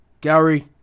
Gary